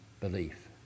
Belief